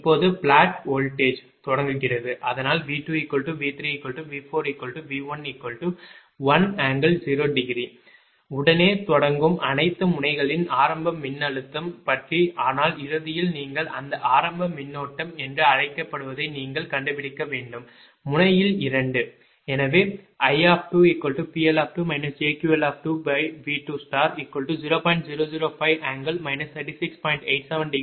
இப்போது plot voltage தொடங்குகிறது அதனால் V2V3V4V11∠0° உடன் தொடங்கும் அனைத்து முனைகளின் ஆரம்ப மின்னழுத்தம் பற்றி ஆனால் இறுதியில் நீங்கள் அந்த ஆரம்ப மின்னோட்டம் என்று அழைக்கப்படுவதை நீங்கள் கண்டுபிடிக்க வேண்டும் முனையில் 2